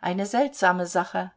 eine seltsame sache